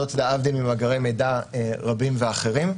זאת להבדיל ממאגרי מידע רבים ואחרים.